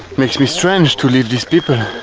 makes me strange to leave these people